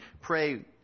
pray